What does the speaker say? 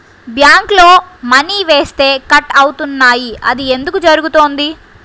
బ్యాంక్లో మని వేస్తే కట్ అవుతున్నాయి అది ఎందుకు జరుగుతోంది?